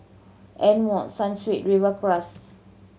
Amore Sunsweet Rivercrest